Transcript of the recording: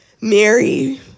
Mary